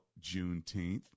Juneteenth